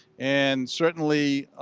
and certainly,